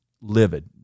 livid